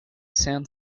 sound